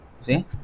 See